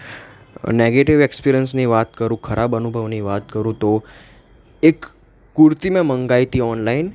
negative એક્સપિરિયન્સની વાત કરું ખરાબ અનુભવની વાત કરું તો એક કુર્તી મેં મંગાવી હતી ઓનલાઈન